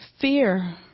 fear